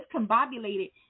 discombobulated